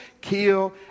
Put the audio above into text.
kill